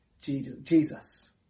Jesus